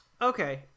Okay